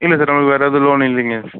இல்லை சார் நமக்கு வேறு எதுவும் லோன்னு இல்லைங்க